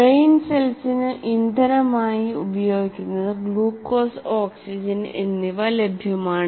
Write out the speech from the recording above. brain സെൽസിനു ഇന്ധനമായി ഉപയോഗത്തിനു ഗ്ലൂക്കോസ്ഓക്സിജൻ എന്നിവ ലഭ്യമാണ്